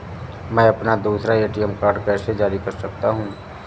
मैं अपना दूसरा ए.टी.एम कार्ड कैसे जारी कर सकता हूँ?